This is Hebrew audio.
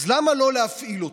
אז למה לא להפעיל אותם?"